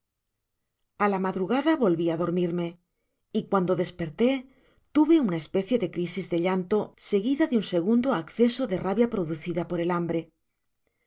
a la madrugada volvi á dormirme y cuando despertó tuve una especie de crisis de llanto seguida de un segundo acceso de rabia producida por el hambre